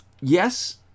yes